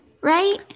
right